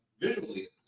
Visually